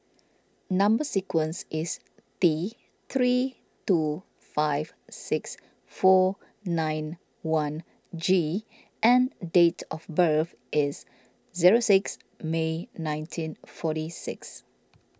Number Sequence is T three two five six four nine one G and date of birth is zero six May nineteen forty six